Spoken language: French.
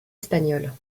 espagnole